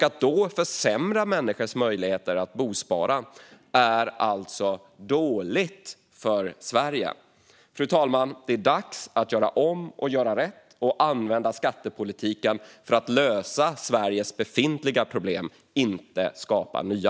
Att då försämra människors möjligheter att bospara är alltså dåligt för Sverige. Fru talman! Det är dags att göra om, göra rätt och använda skattepolitiken för att lösa Sveriges befintliga problem, inte skapa nya.